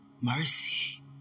Mercy